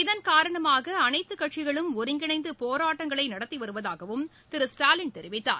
இதன்காரணமாக அனைத்துக்கட்சிகளும் ஒருங்கிணைந்து போராட்டங்களை நடத்தி வருவதாகவும் திரு ஸ்டாலின் தெரிவித்தார்